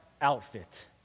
outfit